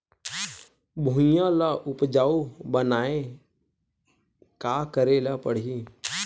भुइयां ल उपजाऊ बनाये का करे ल पड़ही?